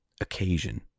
occasion